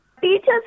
Teachers